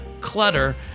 clutter